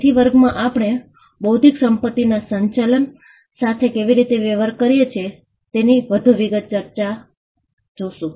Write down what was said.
તેથી વર્ગમાં આપણે બૌદ્ધિક સંપત્તિના સંચાલન સાથે કેવી રીતે વ્યવહાર કરીએ છીએ તેના વિશે વધુ વિગતવાર જોશું